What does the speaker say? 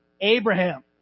Abraham